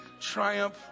triumph